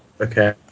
okay